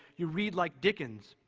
you read like dickens,